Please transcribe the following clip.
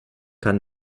kann